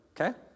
Okay